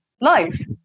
life